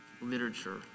literature